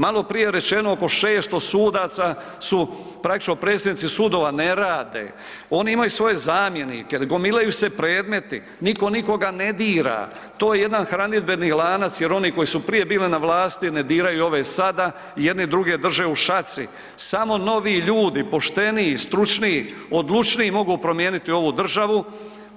Maloprije je rečeno oko 600 sudaca su praktički predsjednici sudova ne rade, oni imaju svoje zamjenike, gomilaju se predmeti, niko nikoga ne dira, to je jedan hranidbeni lanac jer oni koji su bili prije na vlasti ne diraju ovdje sada i jedni druge drže u šaci, samo novi ljudi pošteniji i stručniji, odlučniji mogu promijeniti ovu državu